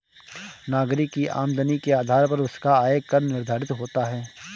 नागरिक की आमदनी के आधार पर उसका आय कर निर्धारित होता है